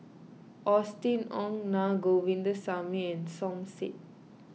Austen Ong Na Govindasamy and Som Said